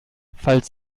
falls